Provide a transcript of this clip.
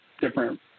different